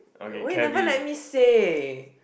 why you never let me say